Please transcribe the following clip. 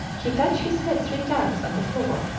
he touched his head three times on the floor,